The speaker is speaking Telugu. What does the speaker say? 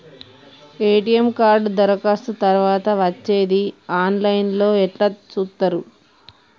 ఎ.టి.ఎమ్ కార్డు దరఖాస్తు తరువాత వచ్చేది ఆన్ లైన్ లో ఎట్ల చూత్తరు?